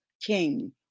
king